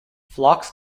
flocks